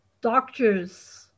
doctors